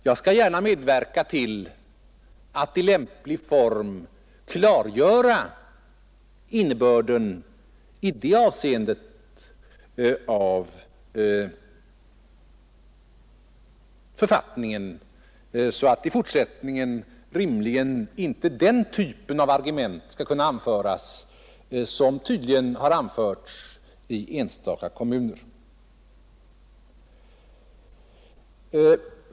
Jag skall gärna medverka till att i lämplig form klargöra innebörden av författningen i det avseendet, så att man i fortsättningen rimligen inte skall kunna anföra den typ av argument som tydligen anförts i enstaka kommuner.